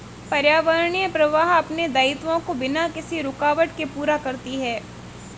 पर्यावरणीय प्रवाह अपने दायित्वों को बिना किसी रूकावट के पूरा करती है